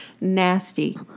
nasty